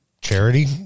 charity